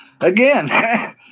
Again